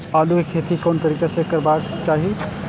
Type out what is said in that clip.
आलु के खेती कोन तरीका से करबाक चाही?